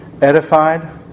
edified